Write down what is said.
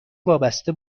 وابسته